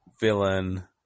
villain